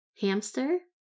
hamster